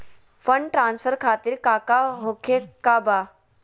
Fund transfer खातिर काका होखे का बा?